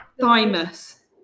thymus